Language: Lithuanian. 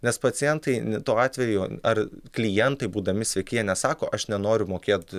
nes pacientai tuo atveju ar klientai būdami sveiki jie nesako aš nenoriu mokėt